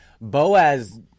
Boaz